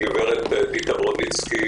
בראשה עמדה גברת דיתה ברודצקי,